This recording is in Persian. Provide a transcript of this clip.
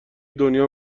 دنیا